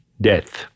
death